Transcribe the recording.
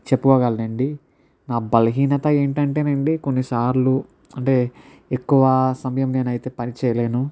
చెప్పుకోగలను అండి నా బలహీనత ఏంటి అంటే అండి కొన్ని సార్లు అంటే ఎక్కువ సమయం నేను అయితే పని చేయలేను